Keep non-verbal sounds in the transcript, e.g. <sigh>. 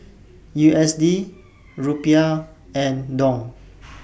U S D <noise> Rupiah and Dong